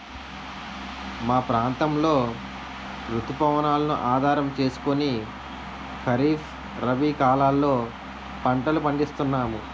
మా ప్రాంతంలో రుతు పవనాలను ఆధారం చేసుకుని ఖరీఫ్, రబీ కాలాల్లో పంటలు పండిస్తున్నాము